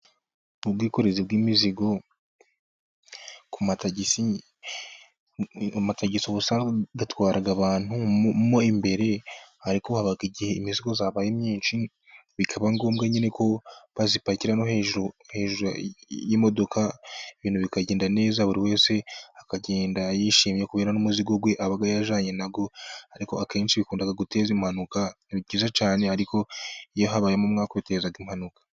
Ubwikorezi bw'imizigo ku matagisi, ubusanzwe yatwaraga abantu mo imbere, ariko habaga igihe imizigo yabaye myinshi ,bikaba ngombwa nyine ko bayipakira no hejuru hejuru y'imodoka, ibintu bikagenda neza buri wese akagenda yishimye ko n'umuzigo aba yajyanye na wo ariko akenshi bikunda guteza impanuka, byiza cyane ariko iyo habayemo umwe agateza impanuka.